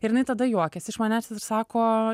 ir jinai tada juokiasi iš manęs ir sako